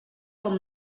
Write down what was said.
com